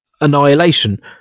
Annihilation